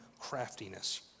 craftiness